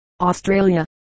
Australia